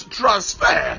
transfer